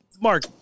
Mark